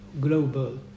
global